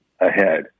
ahead